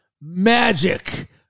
magic